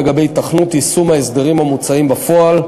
לגבי היתכנות יישום ההסדרים המוצעים בפועל.